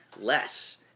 less